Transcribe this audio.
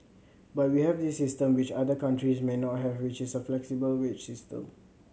but we have this system which other countries may not have which is a flexible wage system